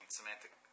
Semantic